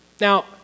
Now